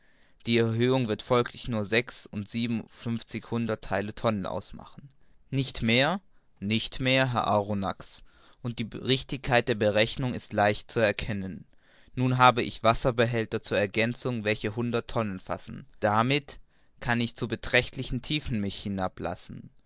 die erhöhung wird folglich nur sechs und siebenfünfzig hunderttheile tonnen ausmachen nicht mehr nicht mehr herr arronax und die richtigkeit der berechnung ist leicht zu erkennen nun habe ich wasserbehälter zur ergänzung welche hundert tonnen fassen damit kann ich in beträchtliche tiefen mich